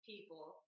People